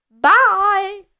Bye